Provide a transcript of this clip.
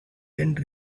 tent